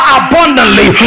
abundantly